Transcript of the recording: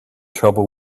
trouble